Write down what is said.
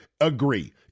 agree